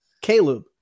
Caleb